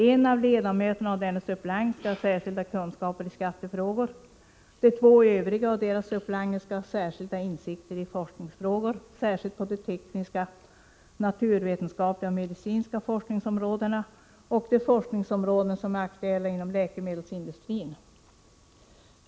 En av ledamöterna och dennes suppleant skall ha särskilda kunskaper i skattefrågor. De två övriga och deras suppleanter skall ha särskilda insikter i forskningsfrågor, särskilt på de tekniska, naturvetenskapliga och medicinska forskningsområdena och de forskningsområden som är aktuella inom läkemedelsindustrin.